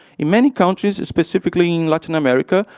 in many countries, specifically in hatten america,